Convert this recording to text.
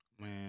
Man